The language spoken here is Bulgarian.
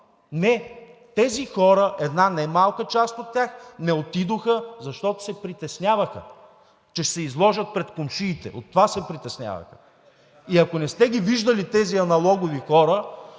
Не, тези хора, една немалка част от тях, не отидоха, защото се притесняваха, че ще се изложат пред комшиите. От това се притесняваха. Ако не сте ги виждали тези аналогови хора,